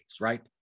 right